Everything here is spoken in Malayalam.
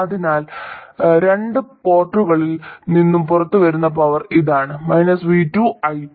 അതിനാൽ രണ്ട് പോർട്ടുകളിൽ നിന്നും പുറത്തുവരുന്ന പവർ ഇതാണ് v2 i2